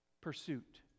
pursuit